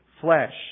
flesh